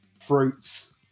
fruits